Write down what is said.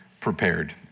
prepared